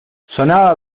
sonaba